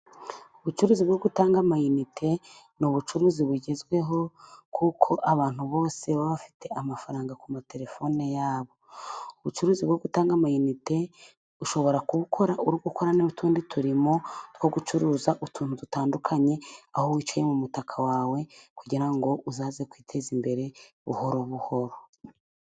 Ubucuruzi bwo gutanga amayinite ni ubucuruzi bugezweho kuko abantu bose baba bafite amafaranga ku matelefone yabo. Ubucuruzi bwo gutanga amayinite ushobora kubukora uri gukora n'utundi turimo two gucuruza utuntu dutandukanye aho wicaye mu mutaka wawe, kugira ngo uzaze kwiteza imbere buhoro buhoro.